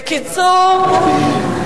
בקיצור,